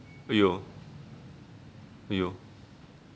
!aiyo! !aiyo!